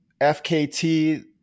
FKT